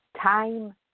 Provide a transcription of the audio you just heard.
time